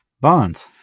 bonds